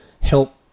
help